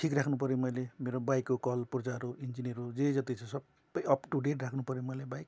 ठिक राख्नु पऱ्यो मैले मेरो बाइकको कलपुर्जाहरू इन्जिनहरू जे जति छ सबै अप टु डेट राख्नु पऱ्यो मैले बाइक